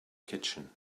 kitchen